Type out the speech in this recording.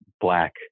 black